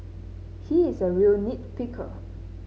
he is a real nit picker